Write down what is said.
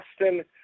Austin